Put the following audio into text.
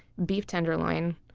beef tenderloin,